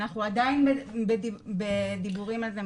אנחנו עדיין בדיבורים על זה,